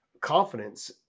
confidence